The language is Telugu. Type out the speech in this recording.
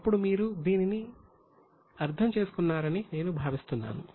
ఇప్పుడు మీరు దీనిని అర్థం చేసుకున్నారని నేను భావిస్తున్నాము